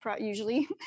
usually